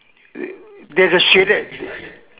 there's a shaded